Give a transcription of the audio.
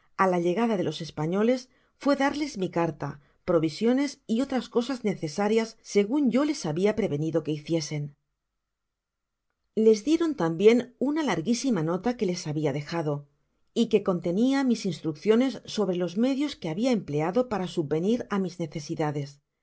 á la llegada de los españoles fué darles mi carta provisiones y otras cosas necesarias segun yo les habia prevenido que hiciesen les dieron tambien una larguisima nota que les habia dejado y que contenia mis instrucciones sobre los medios que habia empleado para subvenir á mis necesidades